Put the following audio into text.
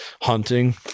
hunting